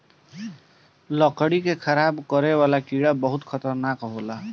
लकड़ी के खराब करे वाला कीड़ा बड़ी खतरनाक होला